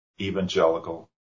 evangelical